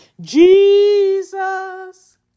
Jesus